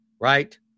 Right